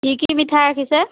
কি কি মিঠাই ৰাখিছে